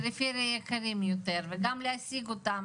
כמו לאסותא,